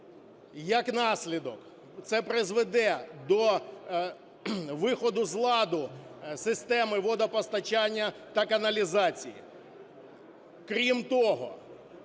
Як наслідок, це призведе до виходу з ладу системи водопостачання та каналізації. Крім того,